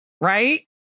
right